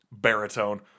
baritone